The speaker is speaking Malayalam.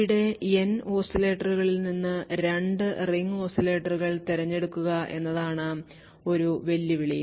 ഇവിടെ N ഓസിലേറ്ററുകളിൽ നിന്ന് 2 റിംഗ് ഓസിലേറ്ററുകൾ തിരഞ്ഞെടുക്കുക എന്നതാണ് ഒരു വെല്ലുവിളി